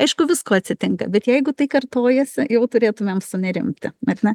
aišku visko atsitinka bet jeigu tai kartojasi jau turėtumėm sunerimti ar ne